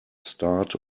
start